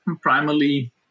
primarily